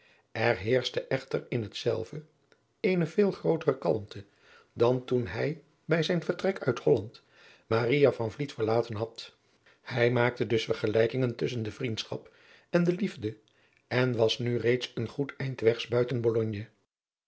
er heerschte echter in hetzelve eene veel grootere kalmte dan toen hij bij zijn vertrek uit holland maria van vliet verlaten had hij maakte dus vergelijkingen tusschen de vriendschap en de liefde en was nu reeds een goed eind